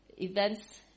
Events